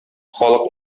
халык